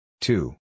two